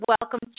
Welcome